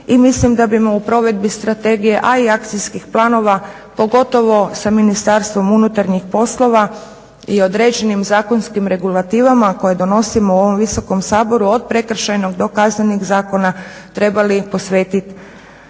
i mislim da bi mo u provedbi strategije, a i akcijskih planova, pogotovo sa Ministarstvom unutarnjih poslova i određenim zakonskim regulativama koje donosimo u ovom visokom Saboru od prekršajnog do kaznenih zakona, trebali posvetiti